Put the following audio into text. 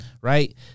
right